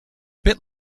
bit